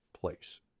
place